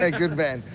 ah good man.